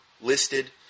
listed